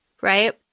right